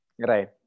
Right